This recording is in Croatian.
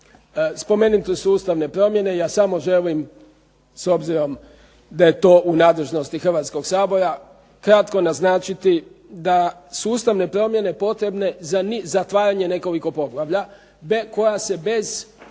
Spomenute su ustavne promjene, ja samo želim, s obzirom da je to u nadležnosti Hrvatskog sabora, kratko naznačiti da su ustavne promjene potrebne za zatvaranje nekoliko poglavlja koja se bez